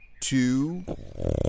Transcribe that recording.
two